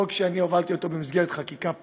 חוק שאני הובלתי במסגרת חקיקה פרטית,